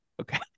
Okay